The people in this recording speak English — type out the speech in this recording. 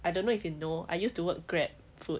I don't know if you know I used to work grab food